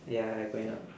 ya I going out